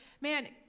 man